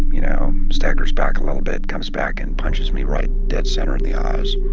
you know, staggers back a little bit, comes back and punches me right dead center of the eyes.